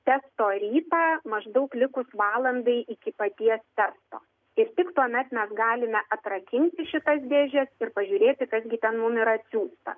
testo rytą maždaug likus valandai iki paties teksto ir tik tuomet mes galime atrakinti šitas dėžes ir pažiūrėti kas gi ten mum yra atsiųsta